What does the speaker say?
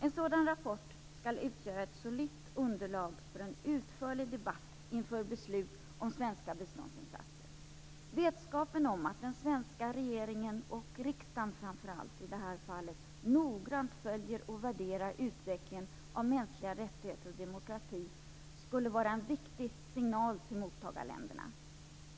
En sådan rapport skall utgöra ett solitt underlag för en utförlig debatt inför beslut om svenska biståndsinsatser. Vetskapen om att den svenska regeringen, och framför allt riksdagen i det här fallet, noggrant följer och värderar utvecklingen av mänskliga rättigheter och demokrati skulle vara en viktig signal till mottagarländerna.